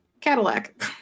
Cadillac